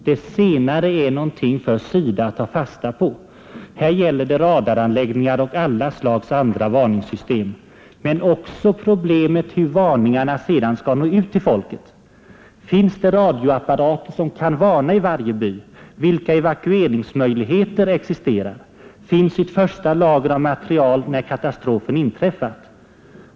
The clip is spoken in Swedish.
Det senare är något för SIDA att ta fasta på. Här gäller det radaranläggningar och alla slags andra varningssystem men också problemet hur varningarna sedan skall nå ut till folket. Finns det radioapparater som kan varna i varje by? Vilka evakueringsmöjligheter existerar? Finns ett första lager av material när katastrofen inträffat?